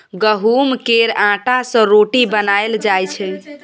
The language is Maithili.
गहुँम केर आँटा सँ रोटी बनाएल जाइ छै